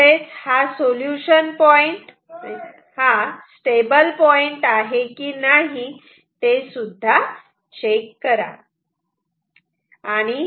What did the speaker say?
तसेच solution point हा stable point आहे की नाही ते सुद्धा चेक करा